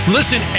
Listen